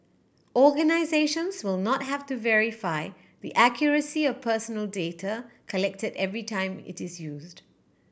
organisations will not have to verify the accuracy or personal data collected every time it is used